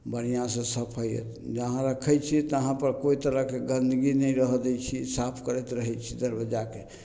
बढ़िआँसे सफैअत जहाँ रखै छिए तहाँपर कोइ तरहके गन्दगी नहि रहऽ दै छिए साफ करैत रहै छिए दरबज्जाके